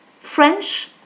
French